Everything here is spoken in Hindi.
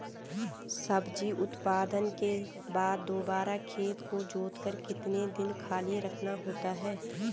सब्जी उत्पादन के बाद दोबारा खेत को जोतकर कितने दिन खाली रखना होता है?